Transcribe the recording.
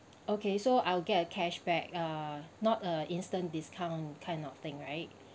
okay so I will get a cashback uh not a instant discount kind of thing right